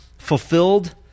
fulfilled